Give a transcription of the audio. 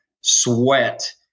sweat